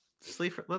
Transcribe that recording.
Sleep